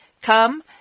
Come